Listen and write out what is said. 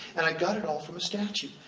and i got it all from a statue.